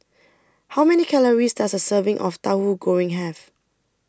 How Many Calories Does A Serving of Tahu Goreng Have